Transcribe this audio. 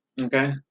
Okay